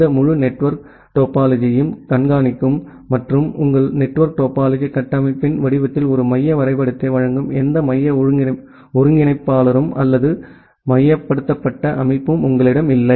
இந்த முழு நெட்வொர்க் டோபாலஜியையும் கண்காணிக்கும் மற்றும் உங்கள் நெட்வொர்க் டோபாலஜி கட்டமைப்பின் வடிவத்தில் ஒரு மைய வரைபடத்தை வழங்கும் எந்த மைய ஒருங்கிணைப்பாளரும் அல்லது மையப்படுத்தப்பட்ட அமைப்பும் உங்களிடம் இல்லை